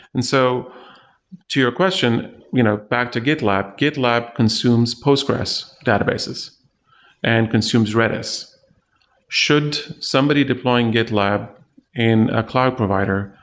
and so to your question you know back to gitlab, gitlab consumes postgresql databases and consumes redis should somebody deploy in and gitlab in a cloud provider,